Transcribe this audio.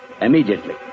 Immediately